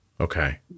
Okay